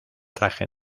traje